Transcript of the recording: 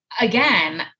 again